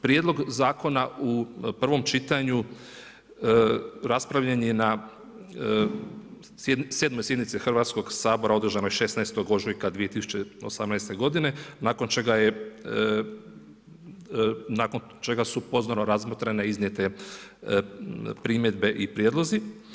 Prijedlog zakona u prvom čitanju raspravljen je na 7. sjednici Hrvatskog sabora održanoj 16. ožujka 2018. godine, nakon čega su pozorno razmotrene iznijete primjedbe i prijedlozi.